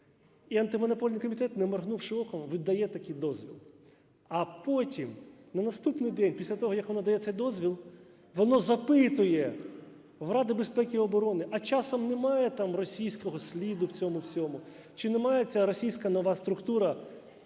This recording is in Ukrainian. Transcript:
І Антимонопольний комітет, не моргнувши оком, видає такий дозвіл. А потім на наступний день, після того, як надається дозвіл, воно запитує у Ради безпеки і оборони: а часом немає там російського сліду в цьому всьому, чи не має ця російська нова структура